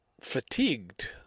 fatigued